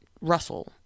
Russell